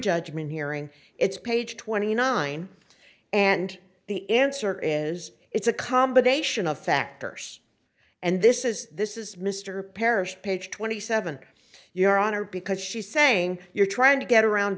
judgment hearing it's page twenty nine and the answer is it's a combination of factors and this is this is mr parrish page twenty seven your honor because she's saying you're trying to get around